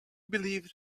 believe